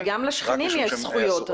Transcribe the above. וגם לשכנים יש זכויות.